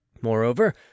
moreover